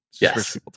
Yes